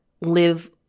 live